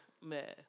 man